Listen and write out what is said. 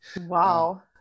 Wow